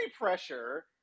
pressure